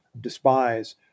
despise